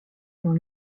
dans